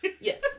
Yes